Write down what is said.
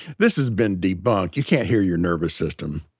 this has been debunked. you can't hear your nervous system.